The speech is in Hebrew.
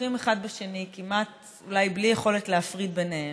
שכרוכים אחד בשני כמעט אולי בלי יכולת להפריד ביניהם,